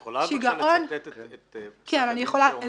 את יכולה בבקשה לצטט את הדברים שאומרים,